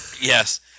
Yes